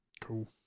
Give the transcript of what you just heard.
cool